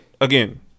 Again